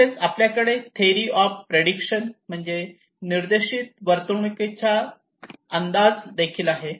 तसेच आपल्याकडे theory of prediction म्हणजेच निर्देशित वर्तणुकीच्या चा अंदाज देखील आहे